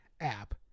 app